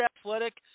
Athletic